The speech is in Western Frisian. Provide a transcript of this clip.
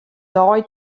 dei